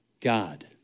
God